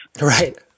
Right